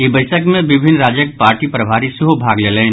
ई बैसक मे विभिन्न राज्यक पार्टी प्रभारी सेहो भाग लेलनि